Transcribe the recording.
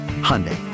Hyundai